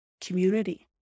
community